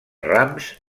rams